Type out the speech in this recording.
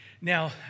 Now